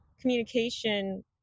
communication